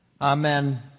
Amen